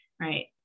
right